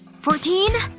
fourteen?